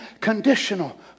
conditional